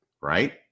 right